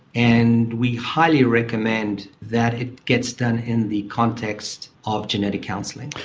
and we highly recommend that it gets done in the context of genetic counselling.